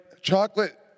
chocolate